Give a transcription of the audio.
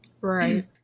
Right